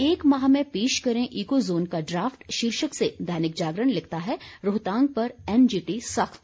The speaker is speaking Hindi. एक माह में पेश करें ईको जोन का ड्राफ्ट शीर्षक से दैनिक जागरण लिखता है रोहतांग पर एनजीटी सख्त